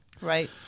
Right